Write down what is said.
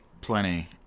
plenty